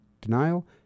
denial